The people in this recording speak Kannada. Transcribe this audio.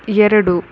ಎರಡು